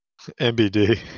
MBD